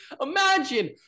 imagine